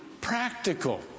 practical